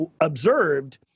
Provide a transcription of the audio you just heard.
observed